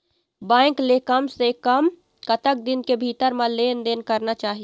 Bank ले कम से कम कतक दिन के भीतर मा लेन देन करना चाही?